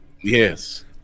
Yes